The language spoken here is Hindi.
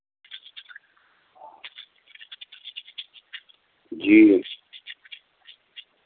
जी